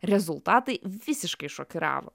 rezultatai visiškai šokiravo